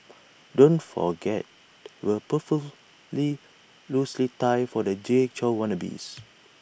don't forget the loosened tie for the Jay Chou wannabes